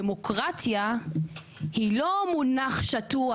דמוקרטיה היא לא מונח שטוח,